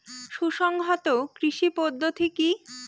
সুসংহত কৃষি পদ্ধতি কি?